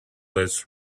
less